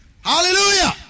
Hallelujah